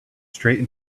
straight